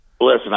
Listen